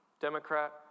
Democrat